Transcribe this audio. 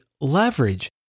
leverage